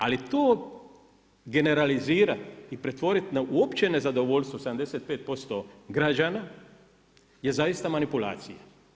Ali to generalizirat i pretvorit u opće nezadovoljstvo 75% građana je zaista manipulacija.